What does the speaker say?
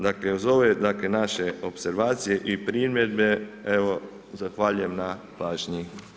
Dakle, uz ove, dakle, naše opservacije i primjedbe, evo, zahvaljujem na pažnji.